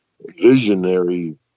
visionary